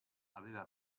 aveva